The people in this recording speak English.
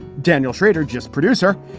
daniel shrader, just producer,